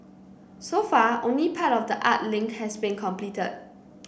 so far only part of the art link has been completed